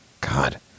God